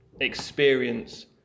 experience